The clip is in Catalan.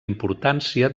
importància